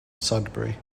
sudbury